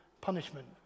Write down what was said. punishment